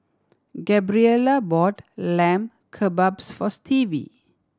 Gabriela bought Lamb Kebabs for Stevie